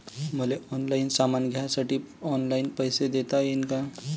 मले ऑनलाईन सामान घ्यासाठी ऑनलाईन पैसे देता येईन का?